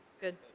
good